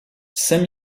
saint